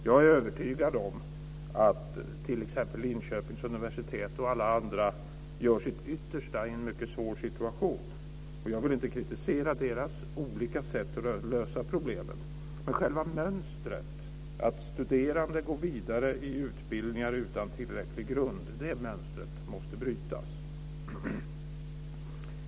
Jag är övertygad om att t.ex. Linköpings universitet och alla andra gör sitt yttersta i en mycket svår situation. Jag vill inte kritisera deras olika sätt att lösa problemen, men själva mönstret att studerande går vidare i utbildningar utan tillräcklig grund måste brytas.